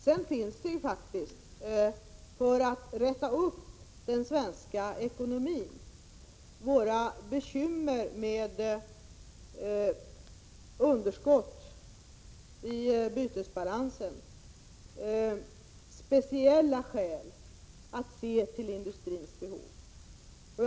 Det finns faktiskt, för att räta upp den svenska ekonomin och ta itu med våra bekymmer med underskott i bytesbalansen, speciella skäl att se till industrins behov.